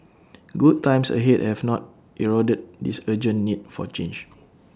good times ahead have not eroded this urgent need for change